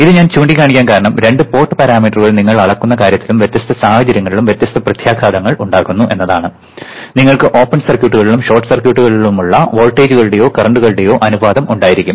ഇത് ഞാൻ ചൂണ്ടിക്കാണിക്കാൻ കാരണം രണ്ട് പോർട്ട് പാരാമീറ്ററുകൾ നിങ്ങൾ അളക്കുന്ന കാര്യത്തിലും വ്യത്യസ്ത സാഹചര്യങ്ങളിലും വ്യത്യസ്തമായ പ്രത്യാഘാതങ്ങൾ ഉണ്ടാക്കുന്നു എന്നതാണ് നിങ്ങൾക്ക് ഓപ്പൺ സർക്യൂട്ടുകളിലും ഷോർട്ട് സർക്യൂട്ടുകളിലുമുള്ള വോൾട്ടേജുകളുടെയോ കറന്റുകളുടെയോ അനുപാതം ഉണ്ടായിരിക്കും